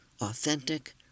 authentic